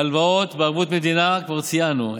הלוואות בערבות מדינה כבר ציינו,